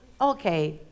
okay